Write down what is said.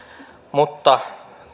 mutta